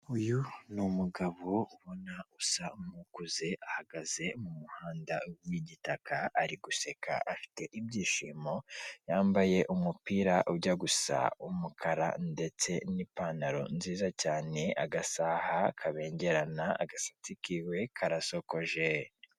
Uyu ni umugabo ubona usa n'ukuze ahagaze mu muhanda w'igitaka ari guseka afite ibyishimo, yamabaye umupira ujya gusa umukara ndetse n'ipantalo nziza cyane, agasaha kabengerana, agasatsi kiwe karasokoje.